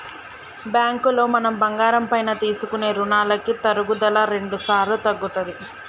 బ్యాంకులో మనం బంగారం పైన తీసుకునే రుణాలకి తరుగుదల రెండుసార్లు తగ్గుతది